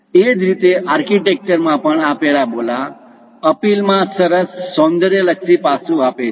એ જ રીતે આર્કિટેક્ચરમાં પણ આ પેરાબોલા અપીલમાં સરસ સૌંદર્યલક્ષી પાસુ આપે છે